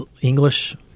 English